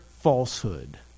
falsehood